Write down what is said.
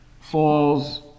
falls